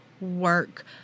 work